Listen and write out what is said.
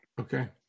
Okay